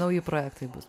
nauji projektai bus